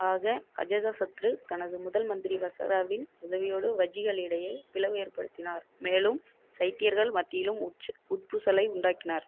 ஆக அஜாதசத்ரு தனது முதல் மந்திரி வஸ்ஸராவின் உதவியோடு வஜ்ஜிகளிடையே பிளவு ஏற்படுத்தினார் மேலும் சைத்தியர்கள் மத்தியிலும் உட்பூசலை உண்டாக்கினார்